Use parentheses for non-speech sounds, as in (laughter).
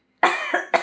(coughs)